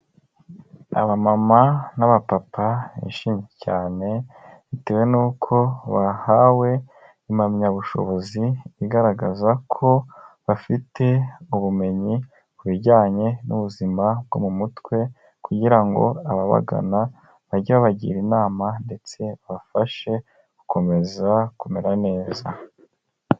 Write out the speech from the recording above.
Abamama n'abapapa, bishimye cyane, bitewe ni uko, bahawe, impamyabushobozi, igaragaza ko, bafite, ubumenyi, ku bijyanye n'ubuzima, bwo mu mutwe, kugira ngo ababagana, bajye bagira inama, ndetse babafashe, gukomeza, kumera neza.